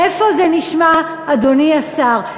איפה זה נשמע, אדוני השר?